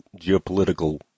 geopolitical